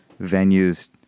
venues